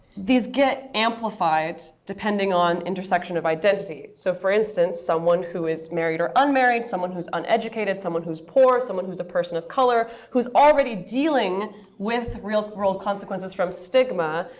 these get amplified, depending on intersection of identity. so for instance, someone who is married or unmarried, someone who's uneducated, someone who is poor, someone who is a person of color, who is already dealing with real world consequences from stigma,